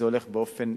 זה הולך באופן